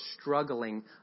struggling